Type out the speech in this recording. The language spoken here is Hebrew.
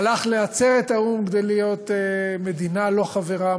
הלך לעצרת האו"ם כדי להיות מדינה לא חברה,